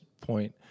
point-